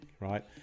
right